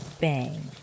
Bang